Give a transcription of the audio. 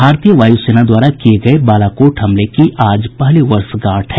भारतीय वायुसेना द्वारा किये गये बालाकोट हमले की आज पहली वर्षगांठ है